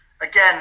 again